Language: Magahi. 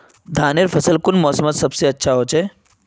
धानेर फसल कुन मोसमोत सबसे अच्छा होचे?